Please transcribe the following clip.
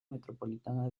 metropolitana